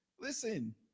listen